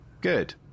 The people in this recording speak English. good